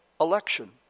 election